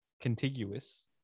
contiguous